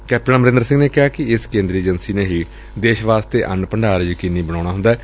captain Amarinder Singh ਨੇ ਕਿਹਾ ਕਿ ਇਸ ਕੇ ਂਦਰੀ ਏਜੰਸੀ ਨੇ ਹੀ ਦੇਸ਼ ਵਾਸਤੇ ਅੰਨ ਭੰਡਾਰ ਯਕੀਨੀ ਬਣਾਊਣਾ ਏ